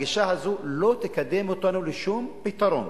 הגישה הזאת לא תקדם אותנו לשום פתרון.